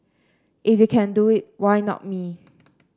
if you can do it why not me